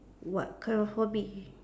what kind of hobby